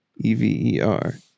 e-v-e-r